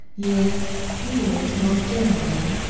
yes, he is, most generally.